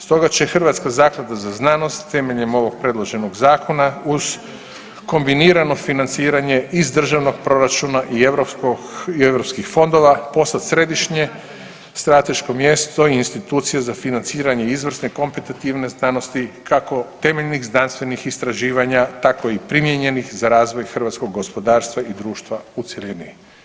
Stoga će Hrvatska zaklada za znanost temeljem ovog predloženog zakona uz kombinirano financiranje iz državnog proračuna i europskih fondova postat središnje strateško mjesto i institucija za financiranje izvrsne kompetativne znanosti kako temeljnih znanstvenih istraživanja tako i primijenjenih za razvoj hrvatskog gospodarstva i društva u cjelini.